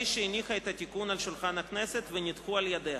שהניחה את התיקון על שולחן הכנסת ונדחו בה.